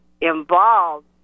involved